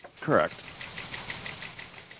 Correct